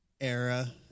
era